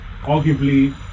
arguably